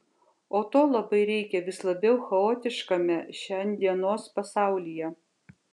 o to labai reikia vis labiau chaotiškame šiandienos pasaulyje